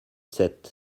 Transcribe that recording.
sept